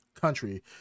country